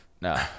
No